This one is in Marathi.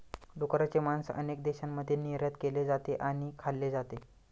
डुकराचे मांस अनेक देशांमध्ये निर्यात केले जाते आणि खाल्ले जाते